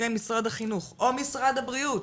משרד החינוך או משרד הבריאות,